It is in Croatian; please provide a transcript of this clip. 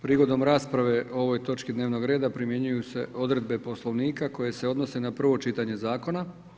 Prigodom rasprave o ovoj točci dnevnog reda, primjenjuju se odredbe Poslovnika koje se odnose na prvo čitanje zakona.